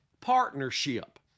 partnership